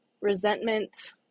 resentment